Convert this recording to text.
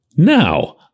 Now